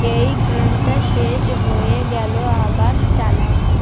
এই গানটা শেষ হয়ে গেলো আবার চালাও